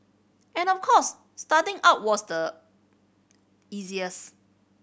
and of course starting out was the easiest